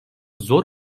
zor